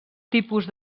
tipus